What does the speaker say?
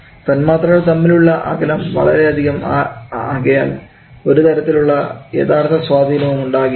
തന്മാത്രകൾ തമ്മിലുള്ള അകലം വളരെ അധികം ആകയാൽ ഒരു തരത്തിലുള്ള യഥാർത്ഥ സ്വാധീനവും ഉണ്ടാവുകയില്ല